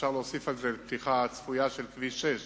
אפשר להוסיף על זה את הפתיחה הצפויה של כביש 6